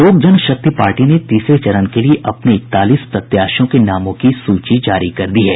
लोक जनशक्ति पार्टी ने तीसरे चरण के लिए अपने इकतालीस प्रत्याशियों के नामों की सूची जारी कर दी है